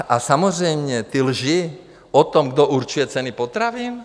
A samozřejmě ty lži o tom, kdo určuje ceny potravin.